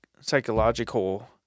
psychological